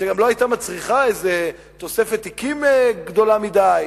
שגם לא היתה מצריכה איזה תוספת תיקים גדולה מדי.